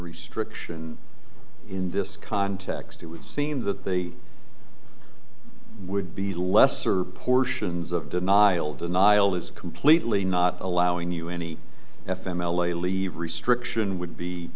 restriction in this context it would seem that they would be lesser portions of denial denial is completely not allowing you any f m l a leave restriction would be